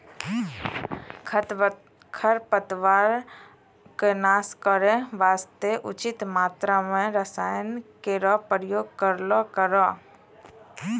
खरपतवारो क नाश करै वास्ते उचित मात्रा म रसायन केरो प्रयोग करलो करो